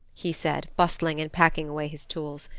he said, bustling and packing away his tools.